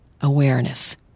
Awareness